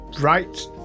right